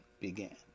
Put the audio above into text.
began